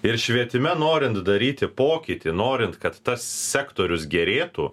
ir švietime norint daryti pokytį norint kad tas sektorius gerėtų